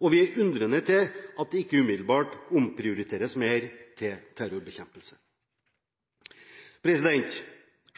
og vi er undrende til at det ikke umiddelbart omprioriteres mer til terrorbekjempelse.